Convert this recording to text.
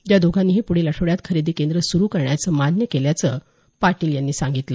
या दोघांनीही पुढील आठवड्यात खरेदी केंद्र सुरु करण्याचं मान्य केल्याचं पाटील यांनी सांगितलं